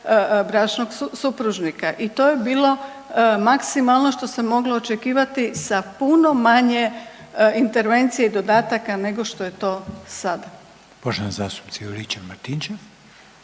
bračnog supružnika i to je bilo maksimalno što se moglo očekivati sa puno manje intervencija i dodataka nego što je to sad. **Reiner, Željko